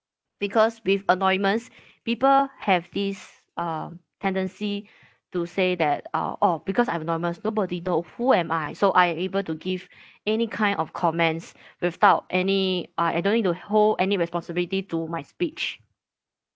because with anonymous people have this uh tendency to say that uh oh because I am anonymous nobody know who am I so I able to give any kind of comments without any uh I don't need to hold any responsibility to my speech